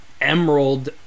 emerald